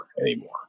anymore